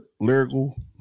lyrical